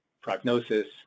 prognosis